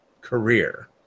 career